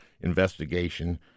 investigation